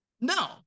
No